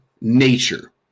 nature